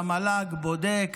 המל"ג בודק,